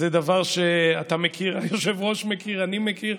זה דבר שאתה מכיר, היושב-ראש מכיר, אני מכיר.